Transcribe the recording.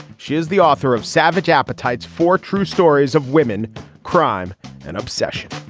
she is the author of savage appetites for true stories of women crime and obsession